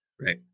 Right